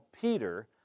Peter